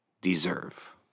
deserve